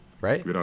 right